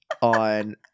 on